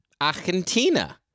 Argentina